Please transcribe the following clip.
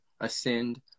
Ascend